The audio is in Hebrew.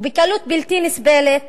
ובקלות בלתי נסבלת,